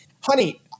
honey